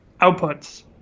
outputs